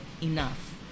enough